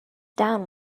down